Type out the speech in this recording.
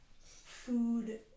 food